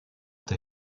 der